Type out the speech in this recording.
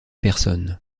personne